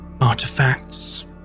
Artifacts